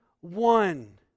one